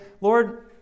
Lord